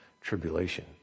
tribulation